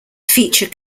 feature